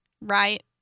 Right